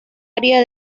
área